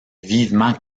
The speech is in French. vivement